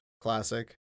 Classic